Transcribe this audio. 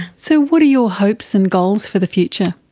so what are your hopes and goals for the future?